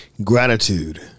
Gratitude